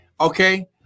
Okay